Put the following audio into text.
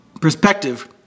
perspective